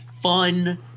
fun